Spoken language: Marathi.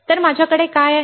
तर माझ्याकडे काय आहे